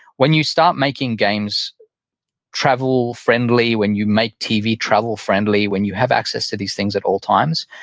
when you start making games travel friendly, when you make tv travel friendly, when you have access to these things at all times,